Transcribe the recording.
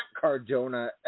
Cardona